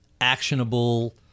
actionable